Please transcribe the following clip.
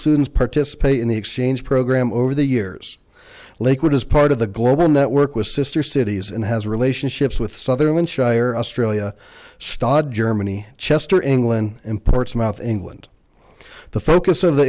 students participate in the exchange program over the years lakewood is part of the global network with sister cities and has relationships with sutherland shire australia stodge germany chester england imports mouth ngo and the focus of the